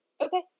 Okay